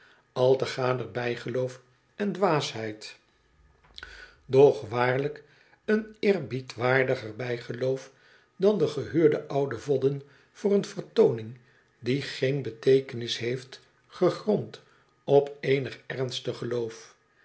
moeten worden altegader bijgeloof en dwaasheid doch waarlijk een eerbiedwaardiger bijgeloof dan de gehuurde oude voddon voor een vertooning die geen beteekenis heeft gegrond op eenig ernstig geloof